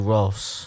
Ross